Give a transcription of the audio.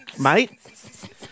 mate